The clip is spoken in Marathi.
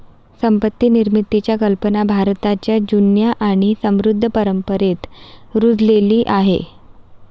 संपत्ती निर्मितीची कल्पना भारताच्या जुन्या आणि समृद्ध परंपरेत रुजलेली आहे